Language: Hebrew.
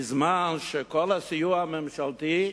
בזמן שכל הסיוע הממשלתי,